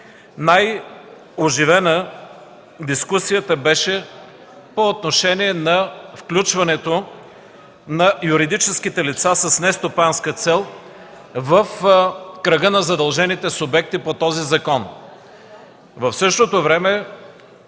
най-оживена по отношение на включването на юридическите лица с нестопанска цел в кръга на задължените субекти по този закон. В същото време